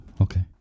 Okay